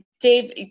Dave